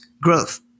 growth